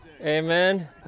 amen